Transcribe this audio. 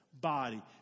Body